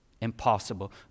Impossible